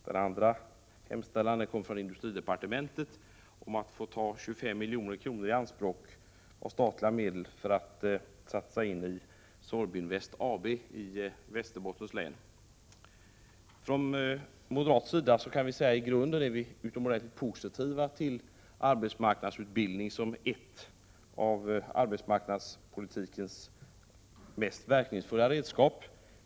Vidare hemställer industridepartementet om att få ta 25 miljoner i anspråk av statliga medel för att satsa i Sorbinvest AB i Västerbottens län. Från moderat sida kan vi säga att vi i grunden är utomordentligt positiva till arbetsmarknadsutbildning som ett av arbetsmarknadspolitikens mest verkningsfulla redskap.